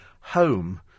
home